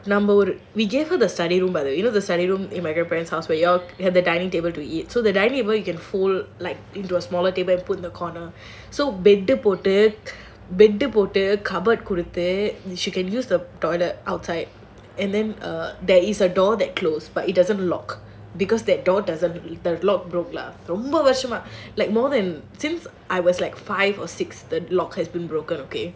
number we gave her the study room by the way you know the study room in my grandparents house where ya'll had the dining table to eat so the dining table you can like fold into a smaller table and put in the corner so bed you போட்டு:pottu cover கொடுத்து:koduthu she can use the toilet outside and there is a door that close but it doesn't lock because that door doesn't the lock broke lah ரொம்ப வருஷமா:romba varushamaa since I was like five or six the lock has been broken okay